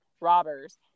robbers